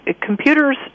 computers